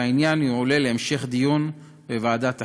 שהעניין יועלה להמשך דיון בוועדת החינוך.